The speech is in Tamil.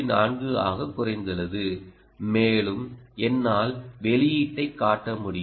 4 ஆக குறைந்துள்ளது மேலும் என்னால் வெளியீட்டை காட்ட முடியும்